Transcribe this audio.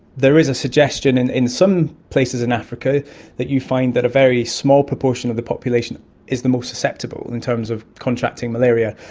there is a suggestion and in some places in africa that you find that a very small proportion of the population is the more susceptible in terms of contracting malaria,